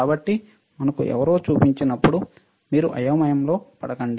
కాబట్టి మనకు ఎవరో చూపించినప్పుడు మీరు అయోమయంలో పడకండి